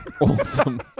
Awesome